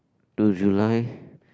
to July